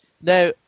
Now